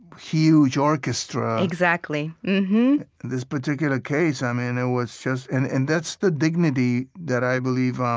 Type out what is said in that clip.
huge orchestra exactly this particular case, um and it was just and and that's the dignity that i believe um